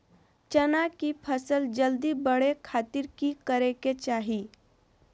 चना की फसल जल्दी बड़े खातिर की करे के चाही?